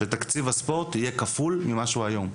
שתקציב הספורט יהיה כפול ממה שהוא היום.